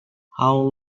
how